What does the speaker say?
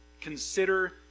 Consider